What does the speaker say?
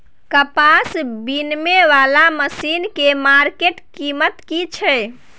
कपास बीनने वाला मसीन के मार्केट कीमत की छै?